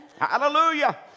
Hallelujah